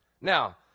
Now